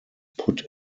put